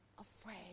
afraid